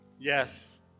yes